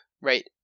right